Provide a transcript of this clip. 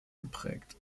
geprägt